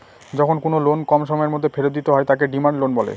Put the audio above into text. যখন কোনো লোন কম সময়ের মধ্যে ফেরত দিতে হয় তাকে ডিমান্ড লোন বলে